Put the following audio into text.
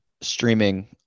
streaming